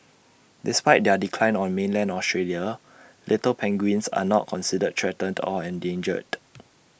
despite their decline on mainland Australia little penguins are not considered threatened or endangered